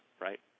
right